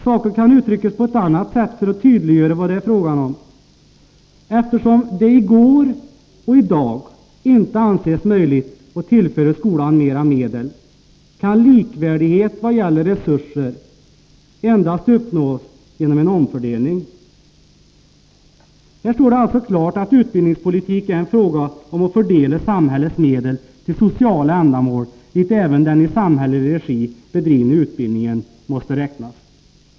Saken kan uttryckas på ett annat sätt för tydliggörande av vad det är fråga om: Eftersom det i går och i dag inte anses möjligt att tillföra skolan mera medel, kan likvärdighet vad gäller resurser endast uppnås genom en omfördelning. Här står det alltså klart att utbildningspolitik är en fråga om att fördela samhällets medel till sociala ändamål, dit även den i samhällelig regi bedrivna utbildningen måste räknas.